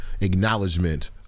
acknowledgement